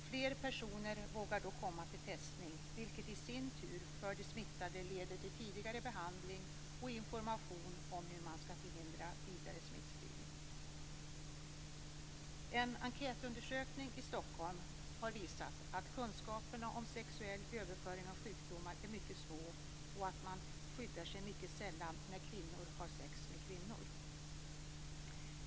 Fler personer vågar då komma till testning, vilket i sin tur leder till tidigare behandling för de smittade och information om hur man skall förhindra vidare smittspridning. En enkätundersökning i Stockholm har visat att kunskaperna om sexuell överföring av sjukdomar är mycket små och att kvinnor som har sex med kvinnor mycket sällan skyddar sig.